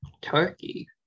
Turkey